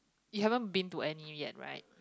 you haven't been to any yet right